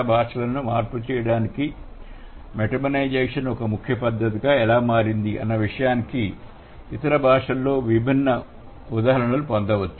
భాషలను మార్పు చేయడానికి మెటోనిమైజేషన్ ఒక ముఖ్యమైన పద్ధతిగా ఎలా మారింది అన్న విషయానికి ఇతర భాషలలో విభిన్న ఉదాహరణలను పొందవచ్చు